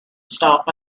stop